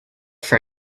for